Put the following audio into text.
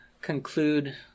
conclude